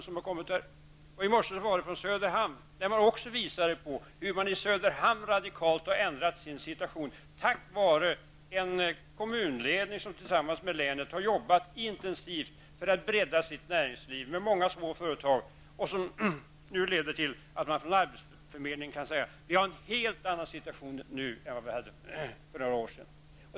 I morse var det även ett reportage från Söderhamn, där man också visade hur man där radikalt har ändrat sin situation tack vare en kommunledning som tillsammans med länet har jobbat intensivt för att bredda sitt näringsliv med många små företag, vilket nu leder till att man från arbetsförmedlingen kan säga att man har en helt annan situation nu än för några år sedan.